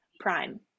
Prime